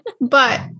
But-